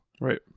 Right